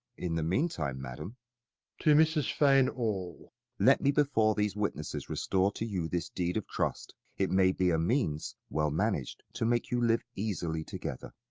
in the meantime, madam to mrs. fainall, let me before these witnesses restore to you this deed of trust it may be a means, well managed, to make you live easily together.